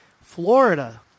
Florida